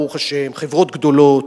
ברוך השם, חברות גדולות,